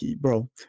bro